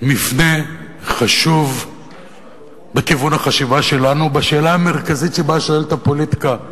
מפנה חשוב בכיוון החשיבה שלנו בשאלה המרכזית שבה שואלת הפוליטיקה,